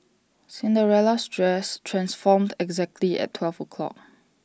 Cinderella's dress transformed exactly at twelve o'clock